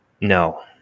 No